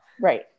Right